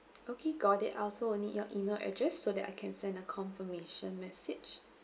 okay got it I also need your email address so that I can send a confirmation message